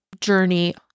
journey